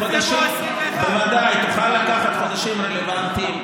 2021. בוודאי, תוכל לקחת חודשים רלוונטיים.